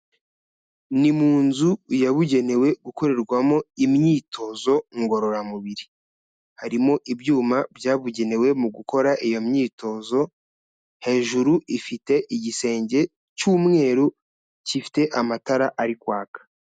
Ni mu nzu yabugenewe gukorerwamo imyitozo ngororamubiri, harimo ibyuma byabugenewe mu gukora iyo myitozo, hejuru ifite igisenge cy'umweru kifite amatara ari kwaka.